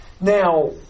Now